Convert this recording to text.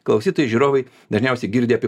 klausytojai žiūrovai dažniausiai girdi apie